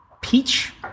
peach